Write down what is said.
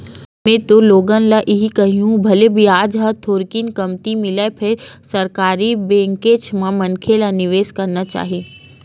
में हा ह तो लोगन ल इही कहिहूँ भले बियाज ह थोरकिन कमती मिलय फेर सरकारी बेंकेच म मनखे ल निवेस करना चाही